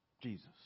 Jesus